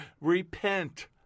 Repent